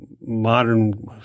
modern